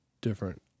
different